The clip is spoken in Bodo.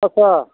आच्छा